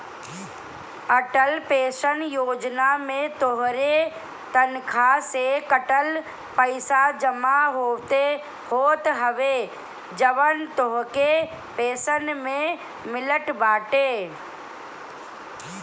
Atal pension योजना में तोहरे तनखा से कटल पईसा जमा होत हवे जवन तोहके पेंशन में मिलत बाटे